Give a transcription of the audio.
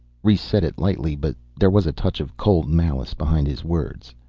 rhes said it lightly, but there was a touch of cold malice behind his words.